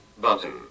Button